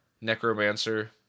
Necromancer